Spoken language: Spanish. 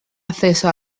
acceso